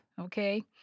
okay